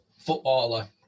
footballer